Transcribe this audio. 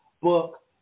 book